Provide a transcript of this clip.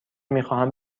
میخواهم